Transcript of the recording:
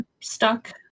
stuck